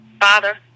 Father